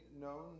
known